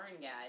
guys